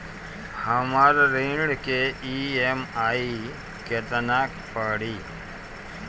हमर ऋण के ई.एम.आई केतना पड़ी?